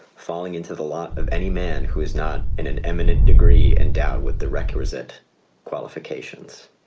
falling into the lot of any man who is not in an eminent degree and down with the requisite qualifications.